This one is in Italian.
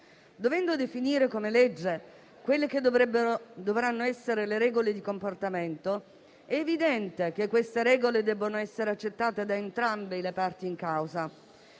Dovendo definire per legge quelle che dovranno essere le regole di comportamento, è evidente che esse devono essere accettate da entrambe le parti in causa